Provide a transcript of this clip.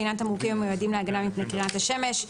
לעניין תמרוקים המיועדים להגנה מפני קרינת השמש.